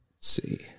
see